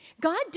God